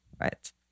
right